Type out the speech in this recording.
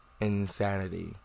insanity